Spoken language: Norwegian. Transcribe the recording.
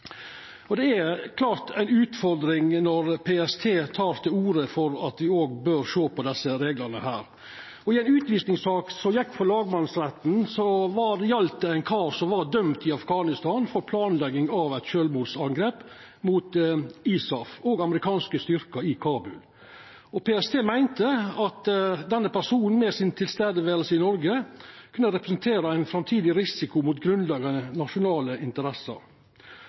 og det er klart ei utfordring når PST tek til orde for at me òg bør sjå på desse reglane. I ei utvisingssak som gjekk for lagmannsretten, var det ein kar som var dømd i Afghanistan for planlegging av eit sjølvmordsangrep mot ISAF og amerikanske styrkar i Kabul. PST meinte at denne personen, med sitt nærvær i Noreg, kunne representera ein framtidig risiko mot grunnleggjande nasjonale interesser.